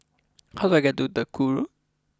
how do I get to Duku Road